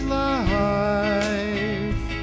life